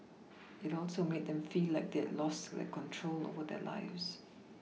it also made them feel like they had lost their control over their lives